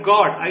God